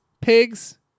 pigs